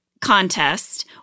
contest